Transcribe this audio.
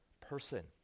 person